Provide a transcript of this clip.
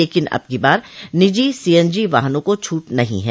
लेकिन अब की बार निजी सीएनजी वाहनों को छूट नहीं है